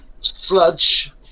Sludge